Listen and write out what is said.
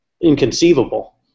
inconceivable